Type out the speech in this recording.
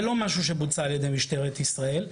זה לא משהו שבוצע על ידי משטרת ישראל.